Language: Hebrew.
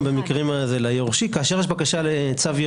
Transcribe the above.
זאת הייתה כוונת השר